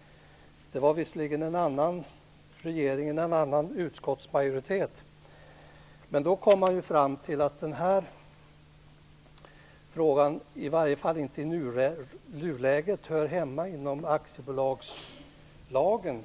- det var visserligen en annan regering och en annan utskottsmajoritet då - kom man fram till att den frågan inte hör hemma inom aktiebolagslagen, i alla fall inte i nuläget.